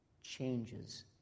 changes